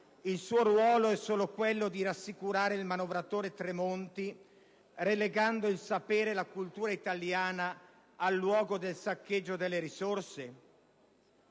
il suo ruolo è solo quello di rassicurare il manovratore Tremonti, relegando il sapere e la cultura italiana al luogo del saccheggio delle risorse?